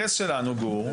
גור,